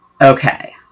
Okay